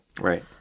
Right